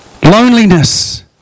Loneliness